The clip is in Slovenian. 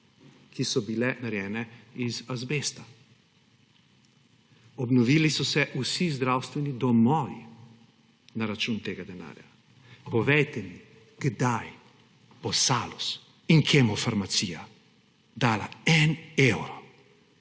ki so bile narejene iz azbesta, obnovili so se vsi zdravstveni domovi na račun tega denarja. Povejte mi, kdaj bosta Salus in Kemofarmacija dala en evro